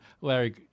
Larry